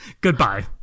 Goodbye